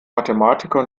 mathematiker